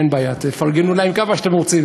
אין בעיה, תפרגנו להם כמה שאתם רוצים.